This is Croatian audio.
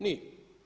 Nije.